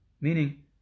meaning